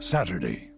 Saturday